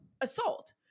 assault